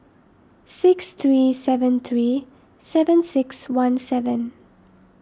six three seven three seven six one seven